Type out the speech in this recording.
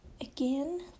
Again